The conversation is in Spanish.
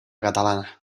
catalana